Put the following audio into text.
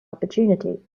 opportunity